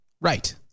right